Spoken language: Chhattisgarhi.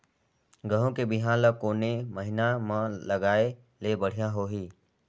गहूं के बिहान ल कोने महीना म लगाय ले बढ़िया होही?